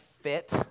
fit